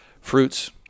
Fruits